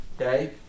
Okay